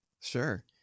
Sure